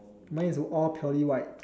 mine is all purely white